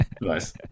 Nice